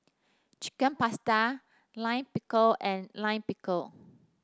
Chicken Pasta Lime Pickle and Lime Pickle